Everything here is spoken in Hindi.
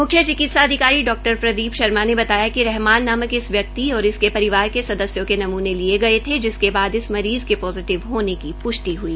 मुख्य चिकित्सा अधिकारी डॉ प्रदीप शर्मा ने बताया कि रहमान नामक इस व्यक्ति और इसके परिवार के सदस्यों के नमने लिये गये थे जिसके बाद इस मरीज़ के पोजिटिव होने की प्ष्टि हई